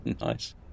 Nice